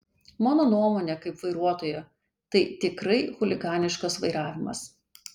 mano nuomonė kaip vairuotojo tai tikrai chuliganiškas vairavimas